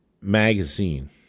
magazine